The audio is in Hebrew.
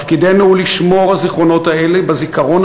תפקידנו הוא לשמור את הזיכרונות האלו בזיכרון